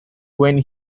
when